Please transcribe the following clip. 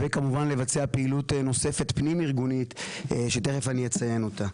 וכמובן לבצע פעילות נוספת פנים-ארגונית שתיכף אני אציין אותה.